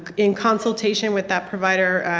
in consultation with that provider,